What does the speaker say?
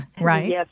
right